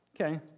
Okay